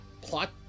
plot